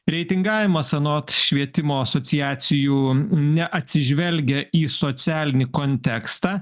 reitingavimas anot švietimo asociacijų neatsižvelgia į socialinį kontekstą